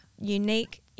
unique